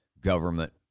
government